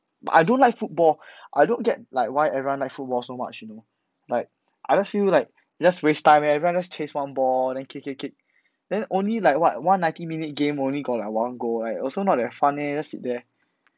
but I don't like football I don't get like why everyone like football so much you know like I just feel like just waste time leh everyone just chase one ball then kick kick kick then only like what one ninety minute game only got like one goal right also not that fun leh just sit there